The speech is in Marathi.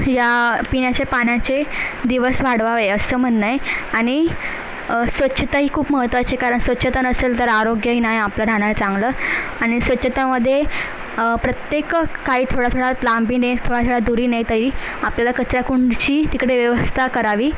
ह्या पिण्याच्या पाण्याचे दिवस वाढवावे असं म्हणणं आहे आणि स्वच्छता ही खूप महत्त्वाची आहे कारण स्वच्छता नसेल तर आरोग्यही नाही आपलं राहणार चांगलं आणि स्वच्छतामध्ये प्रत्येक काही थोडाथोडा लांबीने थोडाथोडा दूरीने तरी आपल्याला कचराकुंडीची तिकडे व्यवस्था करावी